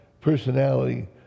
personality